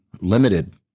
limited